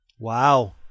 Wow